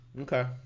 Okay